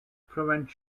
prevent